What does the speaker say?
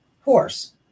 horse